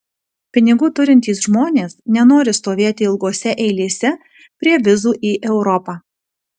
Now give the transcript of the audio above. pinigų turintys žmonės nenori stovėti ilgose eilėse prie vizų į europą